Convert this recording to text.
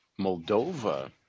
Moldova